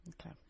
Okay